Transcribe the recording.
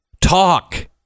Talk